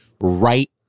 right